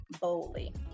boldly